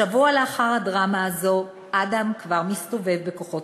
שבוע לאחר הדרמה הזאת אדם כבר מסתובב בכוחות